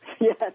Yes